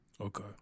Okay